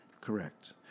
Correct